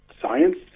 science